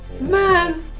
man